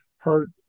Hurt